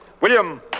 William